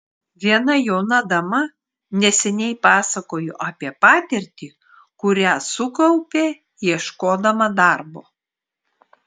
viena jauna dama neseniai pasakojo apie patirtį kurią sukaupė ieškodama darbo